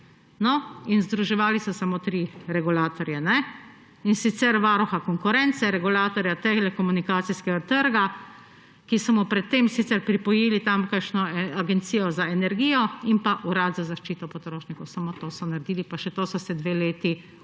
Združevali so samo tri regulatorje, in sicer varuha konkurence, regulatorja telekomunikacijskega trga, ki so mu pred tem pripojili sicer tamkajšnjo agencijo za energijo in pa urad za zaščito potrošnikov. Samo to so naredili. Pa še to so se dve leti